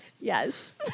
Yes